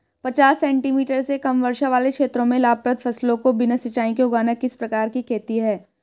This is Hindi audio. पचास सेंटीमीटर से कम वर्षा वाले क्षेत्रों में लाभप्रद फसलों को बिना सिंचाई के उगाना किस प्रकार की खेती है?